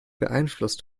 beeinflusst